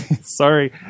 Sorry